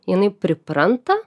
jinai pripranta